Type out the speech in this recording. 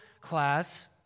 class